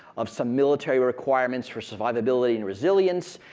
of some military requirements for survivability and resilience,